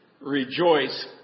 rejoice